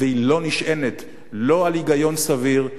והיא לא נשענת על היגיון סביר,